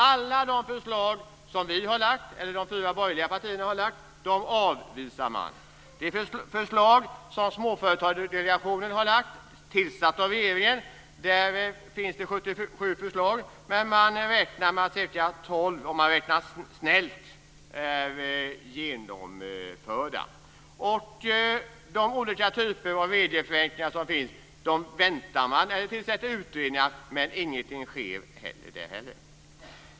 Alla de förslag som de fyra borgerliga partierna har lagt avvisar regeringen. Av 77 förslag som Småföretagsdelegationen, som är tillsatt av regeringen, har lagt är det 12 som är genomförda, om man räknar snällt. De olika typer av regelförenklingar som föreslås väntar man med eller tillsätter utredningar om, men ingenting sker där heller.